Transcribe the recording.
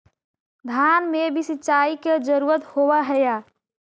धान मे भी सिंचाई के जरूरत होब्हय?